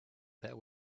that